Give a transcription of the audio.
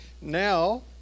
Now